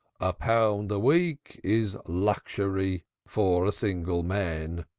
a pound a week is luxury for a single man.